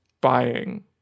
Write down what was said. buying